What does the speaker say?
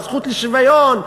הזכות לשוויון,